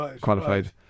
qualified